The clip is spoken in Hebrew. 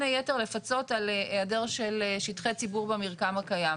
היתר לפצות על היעדר של שטחי ציבור במרקם הקיים.